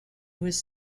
was